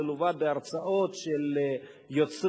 זה לווה בהרצאות של יוצרים.